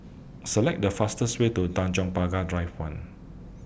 Select The fastest Way to Tanjong Pagar Drive one